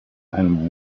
and